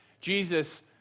Jesus